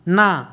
না